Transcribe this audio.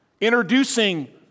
introducing